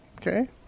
Okay